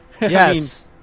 Yes